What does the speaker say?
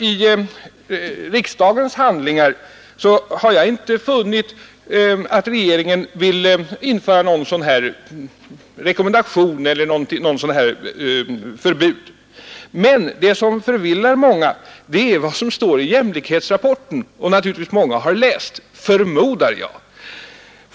I riksdagens handlingar har jag nämligen inte funnit att regeringen vill införa något slags förbud mot hemläxor. Men det som förvillar många är vad som står i jämlikhetsrapporten, som naturligtvis många har läst — förmodar jag.